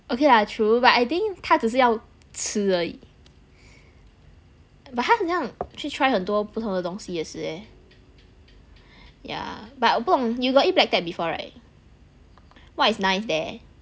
okay lah true but I think 他只是要吃而已 but 他很像去 try 很多不同的东西也是 leh yeah but 我不懂 you got eat black tap before right what is nice there